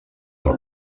del